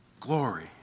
glory